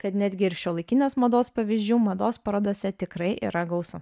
kad netgi ir šiuolaikinės mados pavyzdžių mados parodose tikrai yra gausu